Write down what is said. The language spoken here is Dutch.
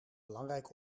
belangrijk